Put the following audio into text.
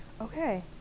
Okay